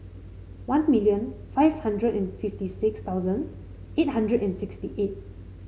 one million five hundred and fifty six thousand eight hundred and sixty eight